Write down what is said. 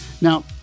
Now